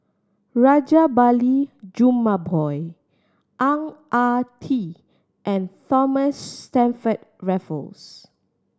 Rajabali Jumabhoy Ang Ah Tee and Thomas Stamford Raffles